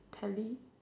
tele